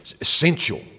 essential